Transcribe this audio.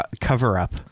cover-up